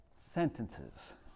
sentences